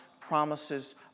promises